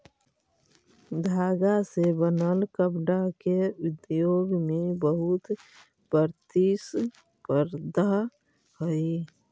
धागा से बनल कपडा के उद्योग में बहुत प्रतिस्पर्धा हई